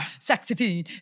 Saxophone